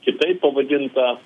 kitaip pavadinta